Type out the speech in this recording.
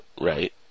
Right